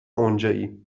اونجایی